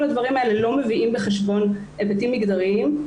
הדברים האלה לא מביאים בחשבון היבטים מגדריים.